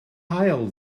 haul